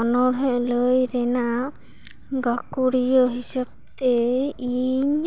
ᱚᱱᱚᱬᱦᱮᱸ ᱞᱟᱹᱭ ᱨᱮᱱᱟᱜ ᱜᱟᱹᱠᱷᱩᱲᱤᱭᱟᱹ ᱦᱤᱥᱟᱹᱵᱽ ᱛᱮ ᱤᱧ